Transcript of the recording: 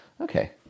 Okay